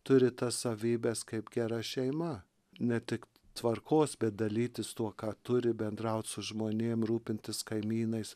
turi tas savybes kaip gera šeima ne tik tvarkos bet dalytis tuo ką turi bendraut su žmonėm rūpintis kaimynais